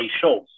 shows